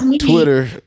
Twitter